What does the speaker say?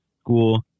school